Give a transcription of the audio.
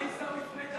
מה עיסאווי פריג'